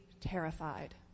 terrified